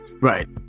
right